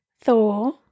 Thor